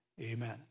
Amen